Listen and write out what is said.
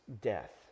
death